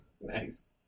Nice